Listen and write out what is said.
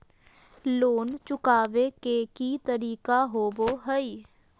Loan चुकाबे के की तरीका होबो हइ?